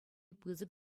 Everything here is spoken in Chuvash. пысӑк